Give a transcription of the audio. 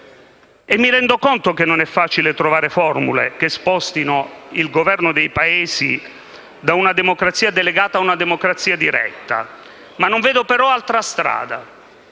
Mi rendo conto che non è facile trovare formule che spostino il governo dei Paesi da una democrazia delegata a una democrazia diretta. Non vedo però altra strada: